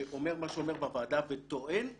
שאומר מה שאומר בוועדה וטוען בוועדה,